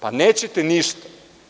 Pa, nećete ništa.